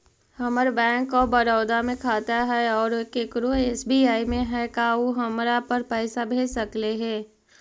हमर bank of Baroda में खाता है और केकरो एस.बी.आई में है का उ हमरा पर पैसा भेज सकले हे?